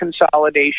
consolidation